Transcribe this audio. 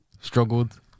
struggled